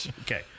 Okay